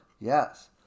Yes